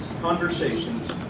conversations